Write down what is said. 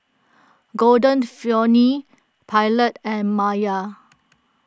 Golden Peony Pilot and Mayer